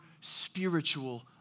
spiritual